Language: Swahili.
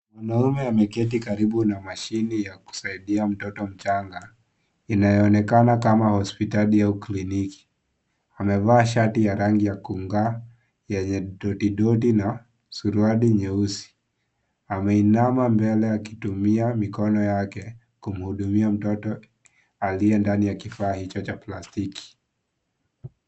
Mwanaume ameketi karibu na mashine ya kusaidia mtoto mchanga, inayoonekana kama hospitali au kliniki. Amevaa shati ya rangi ya kunga yenye dot, dot na suruali nyeusi. Ameinama mbele akitumia mikono yake kumhudumia mtoto aliye ndani ya kifaa hicho cha plastiki.